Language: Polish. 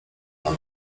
pan